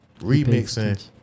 remixing